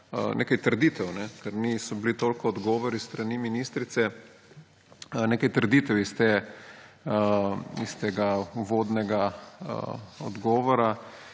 nekaj trditev, ker niso bili toliko odgovori s strani ministrice, nekaj trditev iz tega uvodnega odgovora.